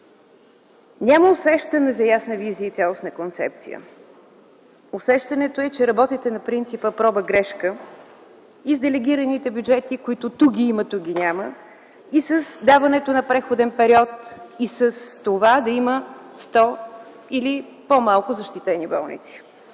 Няма усещане за ясна визия и цялостна концепция. Усещането е, че работите на принципа проба – грешка и за делегираните бюджети, които ту ги има, ту ги няма, и даването на преходен период, и с това да има 100 или по-малко защитени болници.